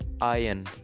iron